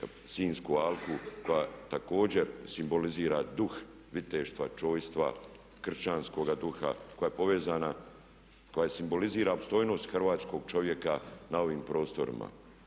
Sinjsku alku koja također simbolizira duh viteštva, čojstva, kršćanskoga duha, koja je povezana i simbolizira opstojnost hrvatskog čovjeka na ovim prostorima.